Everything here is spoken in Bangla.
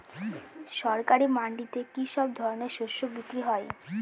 সরকারি মান্ডিতে কি সব ধরনের শস্য বিক্রি হয়?